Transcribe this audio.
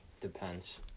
Depends